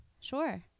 Sure